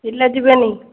ପିଲା ଯିବେନି